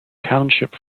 township